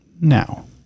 now